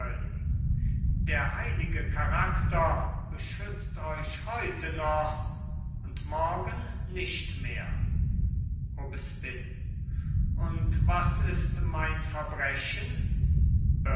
der heilige charakter beschützt euch heute noch und morgen nicht mehr aubespine und was ist mein verbrechen